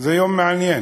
זה יום מעניין,